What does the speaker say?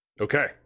Okay